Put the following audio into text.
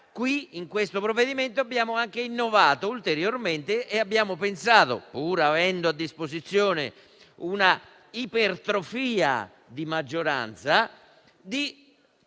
Con questo provvedimento abbiamo innovato ulteriormente e abbiamo pensato, pur avendo a disposizione un'ipertrofia di maggioranza, di